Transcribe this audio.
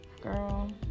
Girl